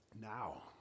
Now